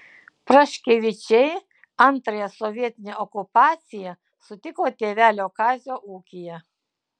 praškevičiai antrąją sovietinę okupaciją sutiko tėvelio kazio ūkyje